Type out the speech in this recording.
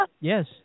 Yes